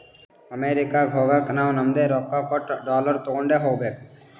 ಅಮೆರಿಕಾಗ್ ಹೋಗಾಗ ನಾವೂ ನಮ್ದು ರೊಕ್ಕಾ ಕೊಟ್ಟು ಡಾಲರ್ ತೊಂಡೆ ಹೋಗ್ಬೇಕ